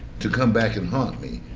to come back and haunt me.